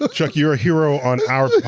ah chuck, you're a hero on our